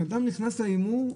כשאדם נכנס להימור,